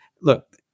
look